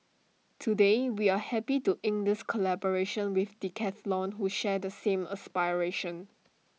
today we are happy to ink this collaboration with Decathlon who share the same aspiration